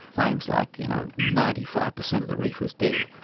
claims like you know ninety five percent of the reef was dead.